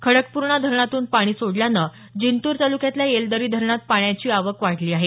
खडकपूर्णा धरणातून पाणी सोडल्यानं जिंतूर तालुक्यातल्या येलदरी धरणात पाण्याची आवक वाढली आहे